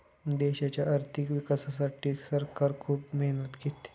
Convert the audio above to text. देशाच्या आर्थिक विकासासाठी सरकार खूप मेहनत घेते